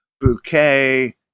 Bouquet